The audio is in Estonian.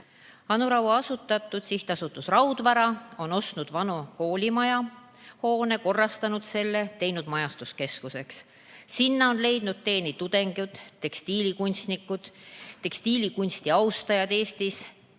Anu Raua asutatud sihtasutus Raudvara on ostnud vana koolimaja hoone, korrastanud selle ning teinud majutuskeskuseks. Sinna on leidnud tee nii tudengid, tekstiilikunstnikud kui ka lihtsalt tekstiilikunsti austajad Eestist